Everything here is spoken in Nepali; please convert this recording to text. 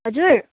हजुर